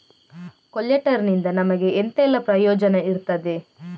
ಕೊಲ್ಯಟರ್ ನಿಂದ ನಮಗೆ ಎಂತ ಎಲ್ಲಾ ಪ್ರಯೋಜನ ಇರ್ತದೆ?